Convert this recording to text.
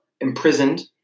imprisoned